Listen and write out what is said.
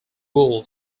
wool